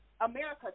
America